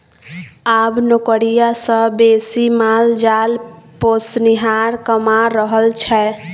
आब नौकरिया सँ बेसी माल जाल पोसनिहार कमा रहल छै